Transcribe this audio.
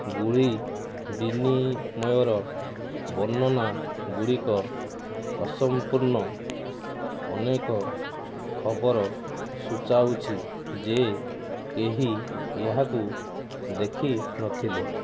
ଗୁଳି ବିନିମୟର ବର୍ଣ୍ଣନାଗୁଡ଼ିକ ଅସମ୍ପୂର୍ଣ୍ଣ ଅନେକ ଖବର ସୂଚାଉଛି ଯେ କେହି ଏହାକୁ ଦେଖିନଥିଲେ